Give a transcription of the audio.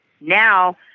Now